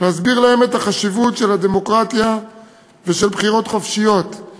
להסביר להם את החשיבות של הדמוקרטיה ושל בחירות חופשיות,